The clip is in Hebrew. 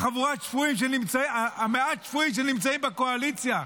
המעט-שפויים שנמצאים בקואליציה,